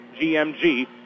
GMG